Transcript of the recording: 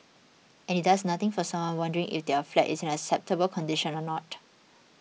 and it does nothing for someone wondering if their flat is in acceptable condition or not